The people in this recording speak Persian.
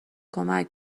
کمک